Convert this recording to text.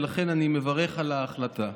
ולכן אני מברך על ההחלטה.